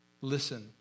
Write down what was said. Listen